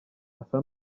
asa